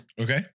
Okay